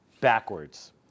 backwards